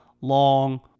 long